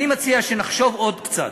אני מציע שנחשוב עוד קצת.